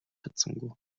чадсангүй